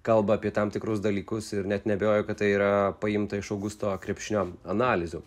kalba apie tam tikrus dalykus ir net neabejoju kad tai yra paimta iš augusto krepšinio analizių